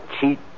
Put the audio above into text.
cheat